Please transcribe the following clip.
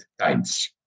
times